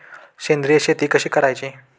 सेंद्रिय शेती कशी करायची?